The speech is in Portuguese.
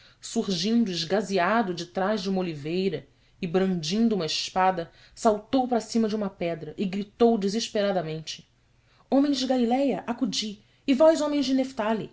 surgindo esgazeado detrás de uma oliveira e brandindo uma espada saltou para cima de uma pedra e gritou desesperadamente homens de galiléia acudi e vós homens